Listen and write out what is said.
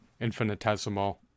infinitesimal